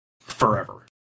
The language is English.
forever